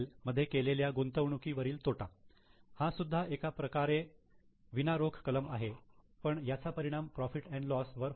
मध्ये केलेल्या गुंतवणुकी वरील तोटा हा सुद्धा एका प्रकारे विना रोख कलम आहे पण याचा परिणाम profit and loss profit loss वर होतो